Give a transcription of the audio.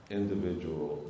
individual